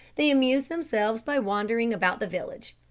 they amused themselves by wandering about the village.